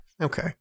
Okay